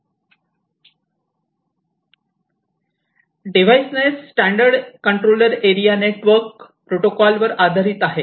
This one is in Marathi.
device net standard controller area network protocol वर आधारित आहे